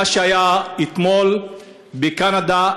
מה שהיה אתמול בקנדה,